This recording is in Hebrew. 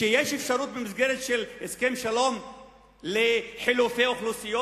שיש אפשרות במסגרת של הסכם שלום לחילופי אוכלוסיות?